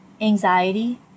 anxiety